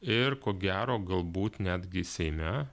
ir ko gero galbūt netgi seime